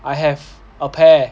I have a pair